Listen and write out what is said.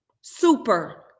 super